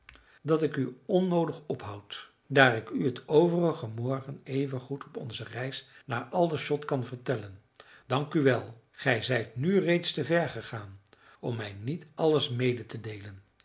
dat ik u onnoodig ophoud daar ik u het overige morgen even goed op onze reis naar aldershot kan vertellen dank u wel gij zijt nu reeds te ver gegaan om mij niet alles mede te deelen